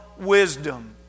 wisdom